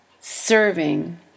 serving